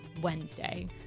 Wednesday